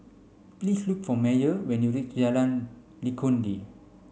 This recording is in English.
please look for Meyer when you reach Jalan Legundi